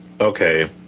okay